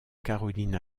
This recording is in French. caroline